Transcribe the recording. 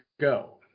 go